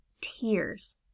tears